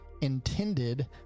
intended